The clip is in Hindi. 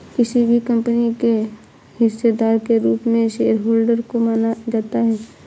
किसी भी कम्पनी के हिस्सेदार के रूप में शेयरहोल्डर को माना जाता है